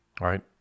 right